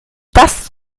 das